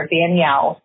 Danielle